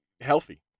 healthy